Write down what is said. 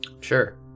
Sure